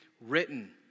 written